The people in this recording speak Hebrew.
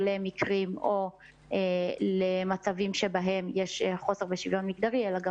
למקרים או למצבים שבהם יש מחסור בשוויון מגדרי אלא גם